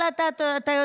אבל אתה יודע,